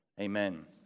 Amen